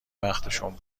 وقتشون